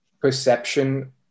perception